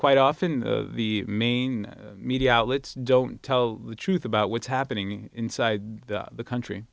quite often the main media outlets don't tell the truth about what's happening inside the country